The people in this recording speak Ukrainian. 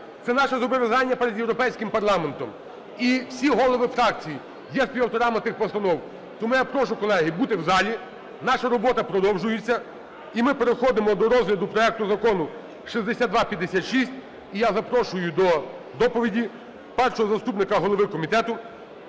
це наше зобов'язання перед європейським парламентом. І всі голови фракцій є співавторами тих постанов. Тому я прошу, колеги, бути в залі. Наша робота продовжується. І ми переходимо до розгляду проекту Закону 6256. І я запрошую до доповіді першого заступника голови Комітету